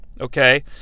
Okay